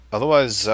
Otherwise